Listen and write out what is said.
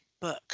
book